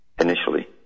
initially